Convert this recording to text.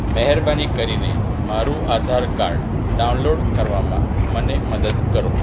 મહેરબાની કરીને મારું આધાર કાર્ડ ડાઉનલોડ કરવામાં મને મદદ કરો